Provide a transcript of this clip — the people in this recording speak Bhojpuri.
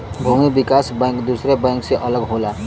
भूमि विकास बैंक दुसरे बैंक से अलग होला